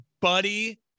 buddy